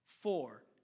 four